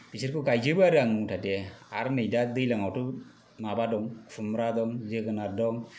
बिसोरखौ गायजोबो आरो आं मुथ'ते आरो नै दा दैलांआवथ' माबा दं खुम्ब्रा दं जोगोनार दं